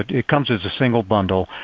it comes as a single bundle.